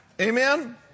Amen